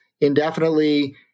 indefinitely